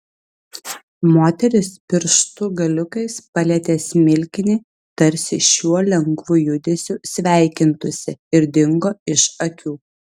moteris pirštų galiukais palietė smilkinį tarsi šiuo lengvu judesiu sveikintųsi ir dingo iš akių